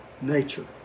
nature